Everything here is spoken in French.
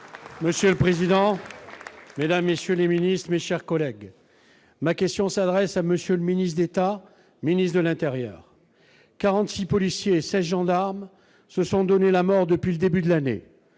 Monsieur le président. Là messieurs les ministres, mes chers collègues, ma question s'adresse à monsieur le ministre d'État, ministre de l'Intérieur 46 policiers ça gendarmes se sont donnés la mort depuis le début de l'année,